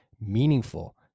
meaningful